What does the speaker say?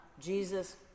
Jesus